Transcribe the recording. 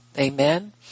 Amen